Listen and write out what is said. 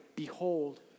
Behold